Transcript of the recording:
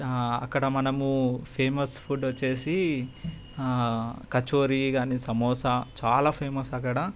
అక్కడ మనము famous food వచ్చేసి కచోరీ కాని సమోసా చాలా ఫేమస్ అక్కడ